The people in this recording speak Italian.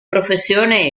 professione